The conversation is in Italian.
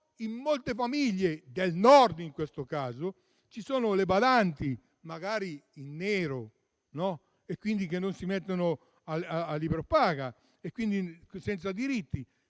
in molte famiglie del Nord, in questo caso, lavorano le badanti, magari in nero, che non si mettono a libro paga e sono senza diritti.